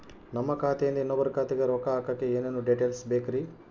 ನಮ್ಮ ಖಾತೆಯಿಂದ ಇನ್ನೊಬ್ಬರ ಖಾತೆಗೆ ರೊಕ್ಕ ಹಾಕಕ್ಕೆ ಏನೇನು ಡೇಟೇಲ್ಸ್ ಬೇಕರಿ?